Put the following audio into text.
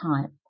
type